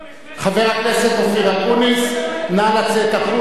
חבר הכנסת אופיר אקוניס, נא לצאת החוצה